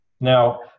now